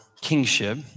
kingship